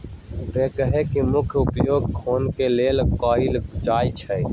backhoe के मुख्य उपयोग खने के लेल कयल जाइ छइ